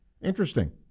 interesting